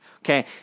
Okay